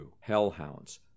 Hellhounds